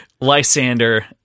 lysander